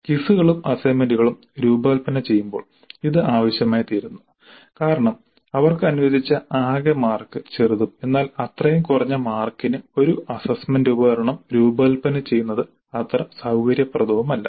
ക്വിസുകളും അസൈൻമെന്റുകളും രൂപകൽപ്പന ചെയ്യുമ്പോൾ ഇത് ആവശ്യമായിത്തീരുന്നു കാരണം അവർക്ക് അനുവദിച്ച ആകെ മാർക്ക് ചെറുതും എന്നാൽ അത്രയും കുറഞ്ഞ മാർക്കിന് ഒരു അസ്സസ്സ്മെന്റ് ഉപകരണം രൂപകൽപ്പന ചെയ്യുന്നത് അത്ര സൌകര്യപ്രദവുമല്ല